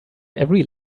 every